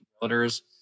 builders